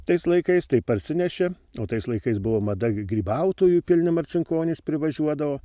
tais laikais tai parsineši o tais laikais buvo mada gi grybautojų pilni marcinkonys privažiuodavo